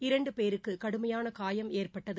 இரண்டு பேருக்கு கடுமையான காயம் ஏற்பட்டது